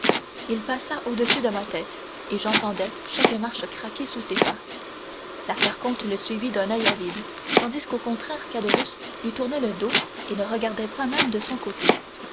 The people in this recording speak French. il passait au-dessus de ma tête et j'entendais chaque marche craquer sous ses pas la carconte le suivit d'un oeil avide tandis qu'au contraire caderousse lui tournait le dos et ne regardait pas même de son côté